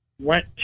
went